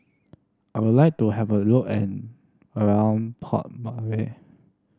I would like to have a look and around Port